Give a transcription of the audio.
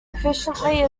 efficiency